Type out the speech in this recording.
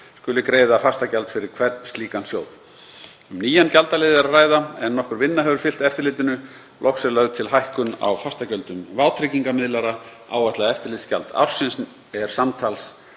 skuli greiða fastagjald fyrir hvern slíkan sjóð. Um nýjan gjaldalið er að ræða en nokkur vinna hefur fylgt eftirlitinu. Loks er lögð til hækkun á fastagjöldum vátryggingamiðlara. Áætlað eftirlitsgjald ársins er samtals